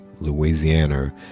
Louisiana